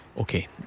Okay